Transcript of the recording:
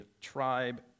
tribe